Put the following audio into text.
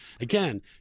Again